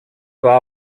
war